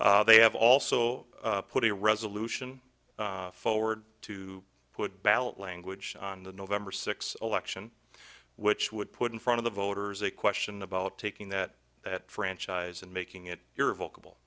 d they have also put a resolution forward to put ballot language on the november sixth election which would put in front of the voters a question about taking that that franchise and making it your vocal